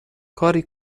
کاری